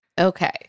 Okay